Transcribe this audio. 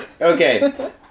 Okay